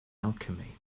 alchemy